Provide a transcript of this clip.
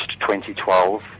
2012